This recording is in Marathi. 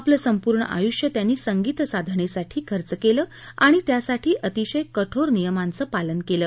आपलं संपूर्ण आयुष्य त्यांनी संगीतसाधनेसाठी खर्च केलं आणि त्यासाठी अतिशय कठोर नियमांचं पालन केलं